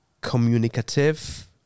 communicative